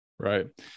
Right